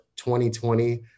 2020